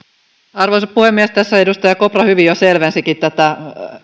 arvoisa puhemies edustaja kopra hyvin jo selvensikin tätä